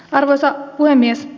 arvoisa puhemies